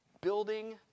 building